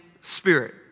spirit